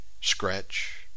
scratch